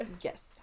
yes